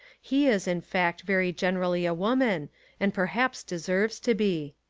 he is in fact very generally a woman and perhaps deserves to be.